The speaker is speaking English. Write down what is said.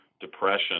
depression